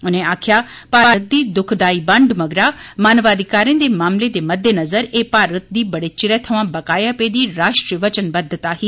उनें आक्खेया भारत दी दुखदायी बंड मगरा मानवाधिकारें दे मामलें दे मददेनंजर एह भारत दी बड़ै चिरै थमां बकाया पेदी राष्ट्रीय वचनबद्धा ही